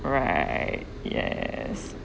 alright yes